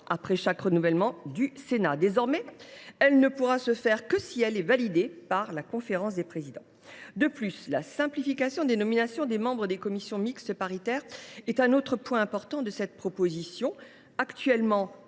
après chaque renouvellement du Sénat. Désormais, nous n’aurons besoin que d’une validation par la conférence des présidents. La simplification des nominations des membres des commissions mixtes paritaires (CMP) est un autre point important de cette proposition. Actuellement,